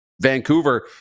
Vancouver